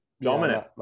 dominant